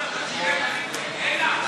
אבות אכלו בוסר ושיני בנים תקהינה?